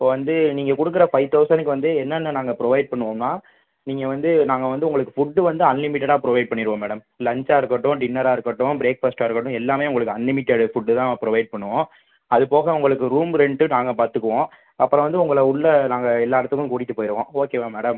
இப்போ வந்து நீங்கள் கொடுக்குற ஃபைவ் தெளசணுக்கு வந்து என்னென்ன நாங்கள் ப்ரொவைட் பண்ணுவோம்னால் நீங்கள் வந்து நாங்கள் வந்து உங்களுக்கு ஃபுட்டு வந்து அன்லிமிட்டடாக ப்ரொவைட் பண்ணிடுவோம் மேடம் லன்ச்சாக இருக்கட்டும் டின்னராக இருக்கட்டும் பிரேக்ஃபாஸ்ட்டாக இருக்கட்டும் எல்லாமே உங்களுக்கு அன்லிமிட்டட் ஃபுட்டுதான் ப்ரொவைட் பண்ணுவோம் அது போக உங்களுக்கு ரூம் ரென்ட்டு நாங்கள் பார்த்துக்குவோம் அப்புறம் வந்து உங்களை உள்ளே நாங்கள் எல்லா இடத்துக்கும் கூட்டிட்டு போயிடுவோம் ஓகேவா மேடம்